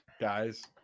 guys